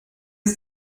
ist